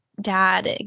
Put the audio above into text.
dad